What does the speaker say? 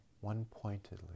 one-pointedly